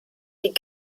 die